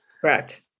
correct